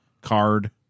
card